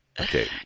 Okay